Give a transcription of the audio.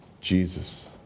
Jesus